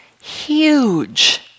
huge